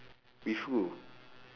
with who